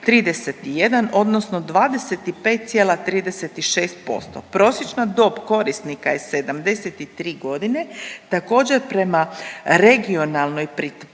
2.331 odnosno 25,36%. Prosječna dob korisnika je 73 godine. Također prema regionalnoj pripadnosti